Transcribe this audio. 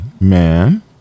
man